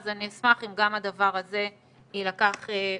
אז אני אשמח אם גם הדבר הזה יילקח בחשבון.